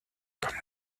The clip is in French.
comme